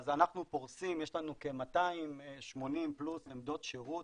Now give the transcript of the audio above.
אז אנחנו פורסים, יש לנו כ-200 פלוס עמדות שירות